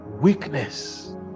weakness